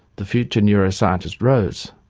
the future neuroscientist, rose.